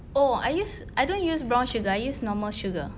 oh I use I don't use brown sugar I use normal sugar